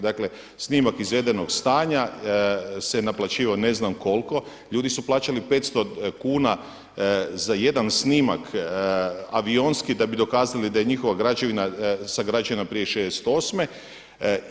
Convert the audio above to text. Dakle, snimak izvedenog stanja se naplaćivao ne znam koliko, ljudi su plaćali 500 kuna za jedan snimak avionski da bi dokazali da je njihova građevina sagrađena prije 1968.